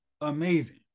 amazing